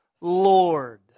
Lord